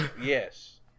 Yes